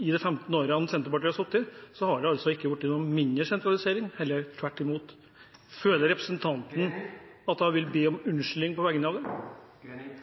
i de 15 årene Senterpartiet har sittet, har det ikke blitt noe mindre sentralisering, heller tvert imot. Føler representanten at hun vil be om unnskyldning på vegne av …